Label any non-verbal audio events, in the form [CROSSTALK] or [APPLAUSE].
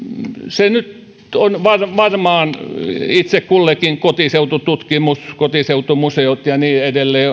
se nyt on varmaan itse kullekin kotiseutututkimus kotiseutumuseot ja niin edelleen [UNINTELLIGIBLE]